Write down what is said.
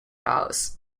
house